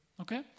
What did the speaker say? okay